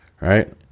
right